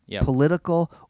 political